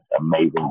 amazing